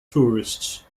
tourists